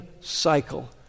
cycle